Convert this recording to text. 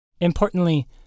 Importantly